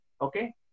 okay